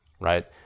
Right